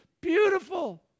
beautiful